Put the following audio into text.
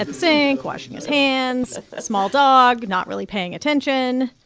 at the sink washing his hands, small dog not really paying attention.